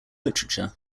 literature